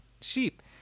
sheep